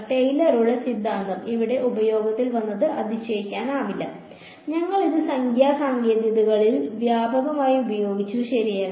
ടെയ്ലറുടെ സിദ്ധാന്തം ഇവിടെ ഉപയോഗത്തിൽ വന്നതിൽ അതിശയിക്കാനില്ല ഞങ്ങൾ ഇത് സംഖ്യാ സാങ്കേതികതകളിൽ വ്യാപകമായി ഉപയോഗിച്ചു ശരിയല്ല